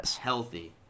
healthy